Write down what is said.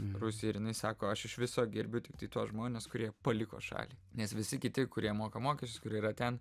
rusijai ir jinai sako aš iš viso gerbiu tiktai tuos žmones kurie paliko šalį nes visi kiti kurie moka mokesčius kurie yra ten